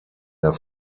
der